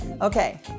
Okay